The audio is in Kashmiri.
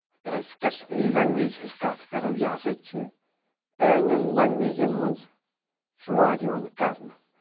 اگر أسۍ کشمیٖری لنٛگویج ہٕنٛز کتھ کرو یہِ ہسا چھِ پرانؠن لنٛگویجَن منٛز شُمار یِوان کرنہٕ